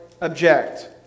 object